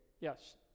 Yes